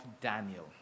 Daniel